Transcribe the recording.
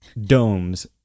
domes